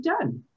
done